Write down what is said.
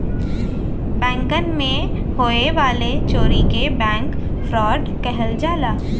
बैंकन मे होए वाले चोरी के बैंक फ्राड कहल जाला